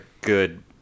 good